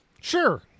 Sure